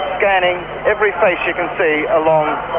scanning every face she can see along